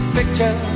Picture